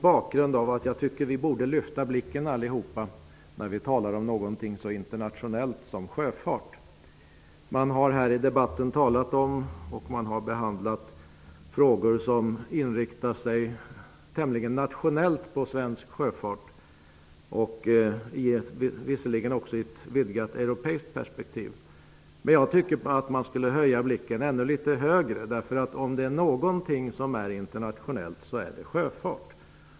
Bakgrunden är att jag tycker att vi borde lyfta blicken när vi talar om något så internationellt som sjöfart. I debatten har frågor behandlats som inriktar sig nationellt på svensk sjöfart, visserligen med ett vidgat europeiskt perspektiv. Jag tycker att man skall höja blicken. Sjöfart är internationellt.